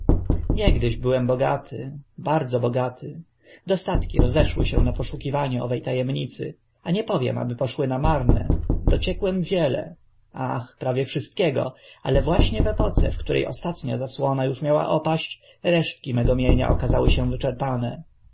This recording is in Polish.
niegdyś byłem bogaty bardzo bogaty dostatki rozeszły się na poszukiwanie owe ta emnicy a nie powiem aby poszły na marne dociekłem wiele ach prawie wszystkiego ale właśnie w epoce w które ostatnia zasłona uż miała opaść resztki mego mienia okazały się wyczerpane